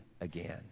again